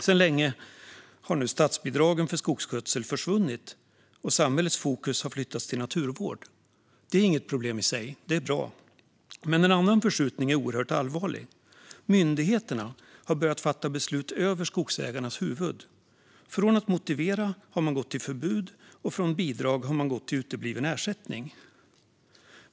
Statsbidragen för skogsskötsel har nu för länge sedan försvunnit, och samhällets fokus har flyttats till naturvård. Det är inget problem i sig, utan det är bra. Men en annan förskjutning är oerhört allvarlig. Myndigheterna har börjat fatta beslut över skogsägarnas huvud. Från att motivera har man gått till förbud, och från bidrag har man gått till utebliven ersättning.